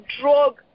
drug